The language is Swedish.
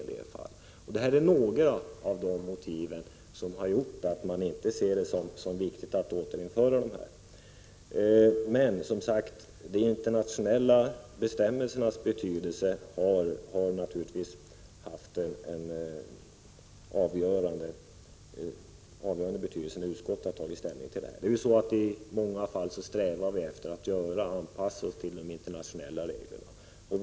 Det är ett av motiven till att vi inte ansett det viktigt att återinföra stänkskydden. Men de internationella bestämmelsernas betydelse har som sagt haft en avgörande betydelse när utskottet tagit ställning i detta fall. I många fall strävar vi efter att anpassa oss till de internationella reglerna.